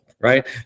right